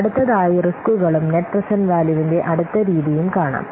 അടുത്തതായി റിസ്കുകളും net present വാല്യൂവിന്റെ അടുത്ത രീതി കാണും